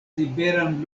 liberan